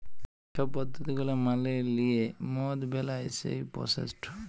যে ছব পদ্ধতি গুলা মালে লিঁয়ে মদ বেলায় সেই পরসেসট